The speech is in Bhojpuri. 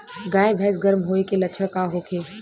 गाय भैंस गर्म होय के लक्षण का होखे?